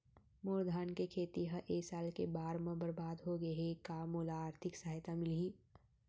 मोर धान के खेती ह ए साल के बाढ़ म बरबाद हो गे हे का मोला आर्थिक सहायता मिलही?